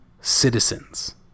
citizens